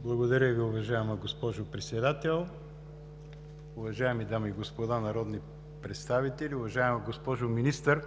Благодаря Ви, уважаема госпожо Председател. Уважаеми дами и господа народни представители! Уважаема госпожо Министър,